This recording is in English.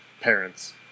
parents